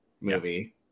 movie